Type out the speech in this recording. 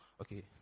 Okay